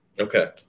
Okay